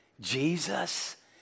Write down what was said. Jesus